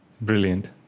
Brilliant